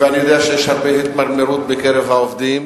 ואני יודע שיש הרבה התמרמרות בקרב העובדים